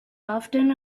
often